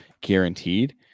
Guaranteed